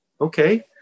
Okay